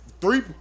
three